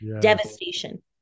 devastation